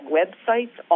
websites